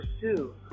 pursue